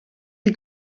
die